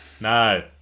No